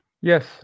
Yes